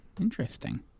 Interesting